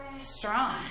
strong